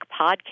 podcast